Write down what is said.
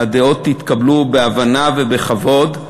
והדעות התקבלו בהבנה ובכבוד,